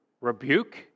rebuke